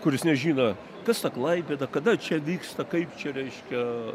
kuris nežino kas ta klaipėda kada čia vyksta kaip čia reiškia